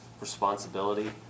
responsibility